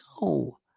No